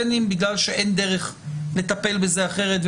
בין אם בגלל שאין דרך לטפל בזה אחרת,